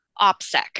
OPSEC